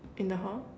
in the hall